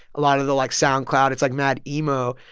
a lot of the, like, soundcloud. it's, like, mad emo.